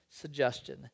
suggestion